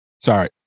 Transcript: Sorry